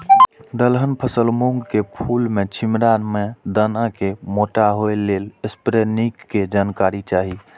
दलहन फसल मूँग के फुल में छिमरा में दाना के मोटा होय लेल स्प्रै निक के जानकारी चाही?